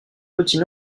petit